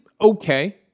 okay